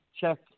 Check